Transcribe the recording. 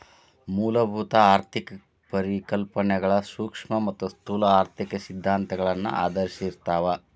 ಮೂಲಭೂತ ಆರ್ಥಿಕ ಪರಿಕಲ್ಪನೆಗಳ ಸೂಕ್ಷ್ಮ ಮತ್ತ ಸ್ಥೂಲ ಆರ್ಥಿಕ ಸಿದ್ಧಾಂತಗಳನ್ನ ಆಧರಿಸಿರ್ತಾವ